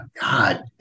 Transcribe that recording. God